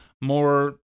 more